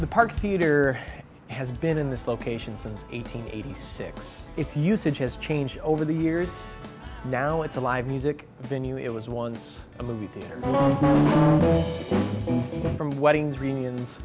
the park theatre has been in this location since eighteen eighty six its usage has changed over the years now it's a live music venue it was once a movie theatre alone from weddings reunions